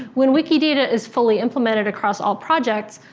when wikidata is fully implemented across all projects,